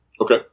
Okay